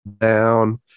down